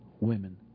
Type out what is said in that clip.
women